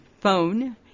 phone